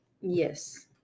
Yes